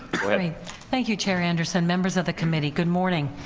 thank you, chair anderson, members of the committee, good morning,